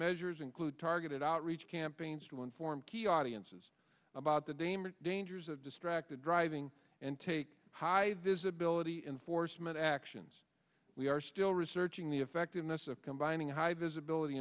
measures include targeted outreach campaigns to inform key audiences about the demon dangers of distracted driving and take high visibility in forstmann actions we are still researching the effectiveness of combining high visibility